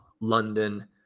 London